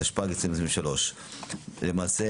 2. פרק כ"א,